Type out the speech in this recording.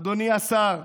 אדוני השר: